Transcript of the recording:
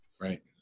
Right